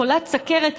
חולת סוכרת,